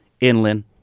inland